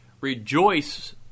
Rejoice